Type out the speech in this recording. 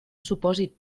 supòsit